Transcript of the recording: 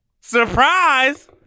Surprise